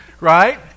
Right